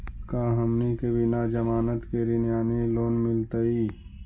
का हमनी के बिना जमानत के ऋण यानी लोन मिलतई?